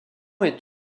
est